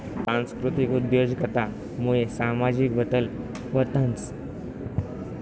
सांस्कृतिक उद्योजकता मुये सामाजिक बदल व्हतंस